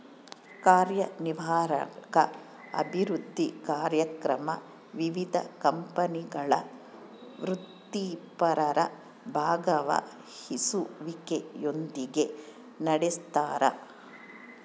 ಕಾರ್ಯನಿರ್ವಾಹಕ ಅಭಿವೃದ್ಧಿ ಕಾರ್ಯಕ್ರಮ ವಿವಿಧ ಕಂಪನಿಗಳ ವೃತ್ತಿಪರರ ಭಾಗವಹಿಸುವಿಕೆಯೊಂದಿಗೆ ನಡೆಸ್ತಾರ